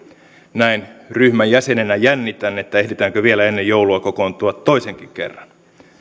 näin ryhmän jäsenenä jännitän ehditäänkö vielä ennen joulua kokoontua toisenkin kerran